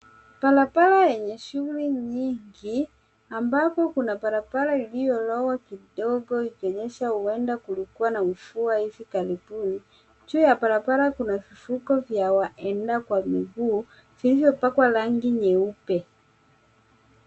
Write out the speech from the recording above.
Barabara enye shuguli nyingi ambapo kuna barabara iliyolowa kidogo ikionyesha huenda kulikuwa na mvua hivi karibuni. Juu ya barabara kuna vifuko vya waenda kwa miguu vilivyopakwa rangi nyeupe.